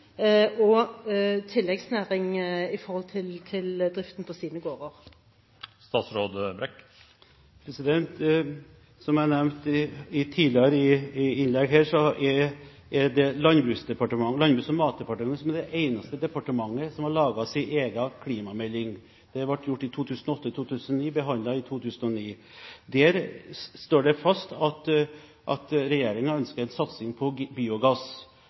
som tilleggsnæring i forbindelse med driften av sine gårder? Som jeg har nevnt i tidligere innlegg her, er Landbruks- og matdepartementet det eneste departementet som har laget sin egen klimamelding. Det ble gjort i 2008–2009, og den ble behandlet i 2009. Der står det fast at regjeringen ønsker en satsing på biogass,